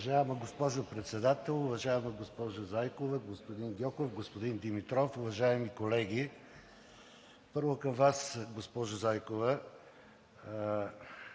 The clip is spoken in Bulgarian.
Уважаема госпожо Председател, уважаема госпожо Зайкова, господин Гьоков, господин Димитров, уважаеми колеги! Първо към Вас, госпожо Зайкова.